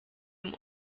dem